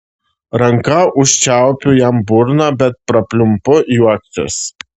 ranka užčiaupiu jam burną bet prapliumpu juoktis